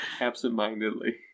absentmindedly